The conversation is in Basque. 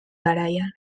garaian